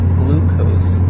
glucose